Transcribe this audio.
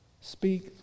Speak